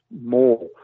more